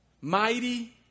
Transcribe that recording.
mighty